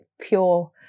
pure